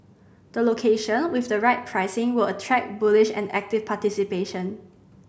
the location with the right pricing will attract bullish and active participation